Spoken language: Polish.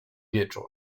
wieczór